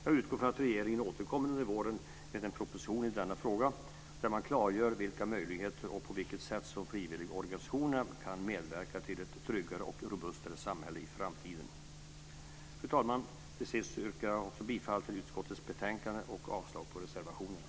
Jag utgår från att regeringen återkommer under våren med en proposition i denna fråga och klargör vilka möjligheter och på vilket sätt som frivilligorganisationerna kan medverka till ett tryggare och robustare samhälle i framtiden. Fru talman! Till sist yrkar jag bifall till förslaget i utskottets betänkande och avslag på reservationerna.